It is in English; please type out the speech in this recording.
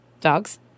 dogs